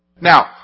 Now